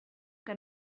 que